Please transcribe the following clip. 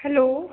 hello